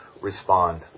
respond